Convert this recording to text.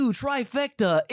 trifecta